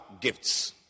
gifts